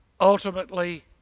ultimately